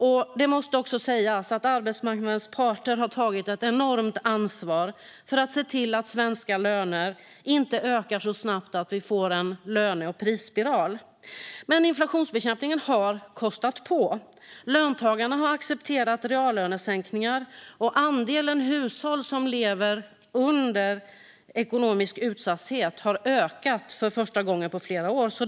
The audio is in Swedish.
Det måste också sägas att arbetsmarknadens parter har tagit ett enormt ansvar för att se till att svenska löner inte ökar så snabbt att vi får en löne och prisspiral. Men inflationsbekämpningen har kostat på. Löntagarna har accepterat reallönesänkningar, och andelen hushåll som lever i ekonomisk utsatthet har ökat för första gången på flera år.